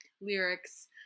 lyrics